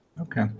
Okay